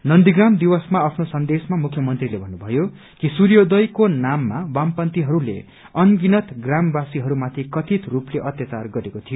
नन्दीप्राम दिवसमा आफ्नो सन्देशमा मुख्यमन्त्रीले भन्नुभयो कि सूर्योदयको नाममा वामपन्थीहरूले अनगिनत ग्रामवासीहरूमाथि कथित स्लपले अत्याचार गरेको थियो